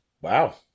Wow